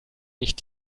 nicht